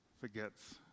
forgets